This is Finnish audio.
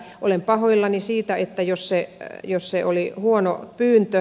olen pahoillani siitä jos se oli huono pyyntö